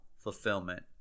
fulfillment